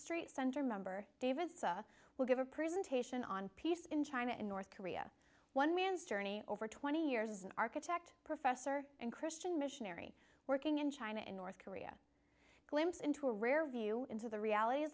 street center member davis will give a presentation on peace in china in north korea one man's journey over twenty years as an architect professor and christian missionary working in china in north korea glimpse into a rare view into the realities